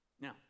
Now